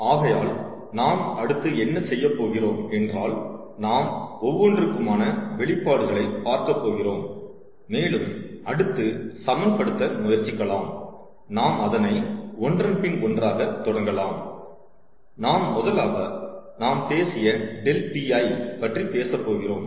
ஆகையால் நாம் அடுத்து என்ன செய்யப் போகிறோம் என்றால் நாம் ஒவ்வொன்றுக்குமான வெளிப்பாடுகளை பார்க்கப்போகிறோம் மேலும் அடுத்து சமன்படுத்த முயற்சிக்கலாம் நாம் அதனை ஒன்றன்பின் ஒன்றாக தொடங்கலாம் நாம் முதலாக நாம் பேசிய ∆Pl பற்றி பேசப் போகிறோம்